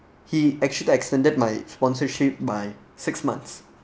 he actually extended my sponsorship by six months